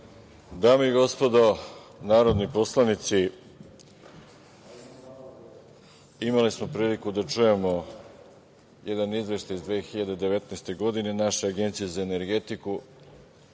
Dame i gospodo narodni poslanici, imali smo priliku da čujemo jedan izveštaj iz 2019. godine naše Agencije za energetiku.